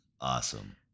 Awesome